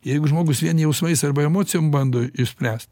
jeigu žmogus vien jausmais arba emocijom bando išspręst